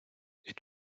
est